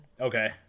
Okay